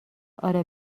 آره